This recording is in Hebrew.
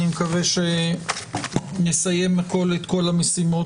אני מקווה שנסיים את כל המשימות